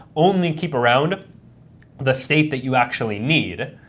only keep around the state that you actually need